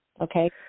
Okay